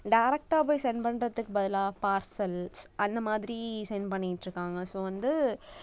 டைரெக்டா போய் சென்ட் பண்ணுறதுக்கு பதிலாக பார்சல்ஸ் அந்தமாதிரி சென்ட் பண்ணிகிட்டிருக்காங்க ஸோ வந்து